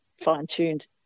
fine-tuned